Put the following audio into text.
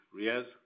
Riaz